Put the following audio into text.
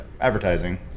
advertising